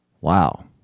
Wow